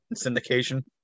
Syndication